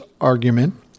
argument